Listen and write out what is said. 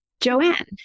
Joanne